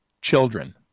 Children